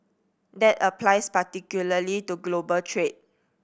that applies particularly to global trade